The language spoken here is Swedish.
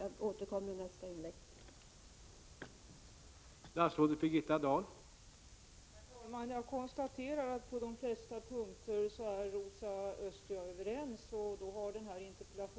Jag återkommer till detta i nästa inlägg.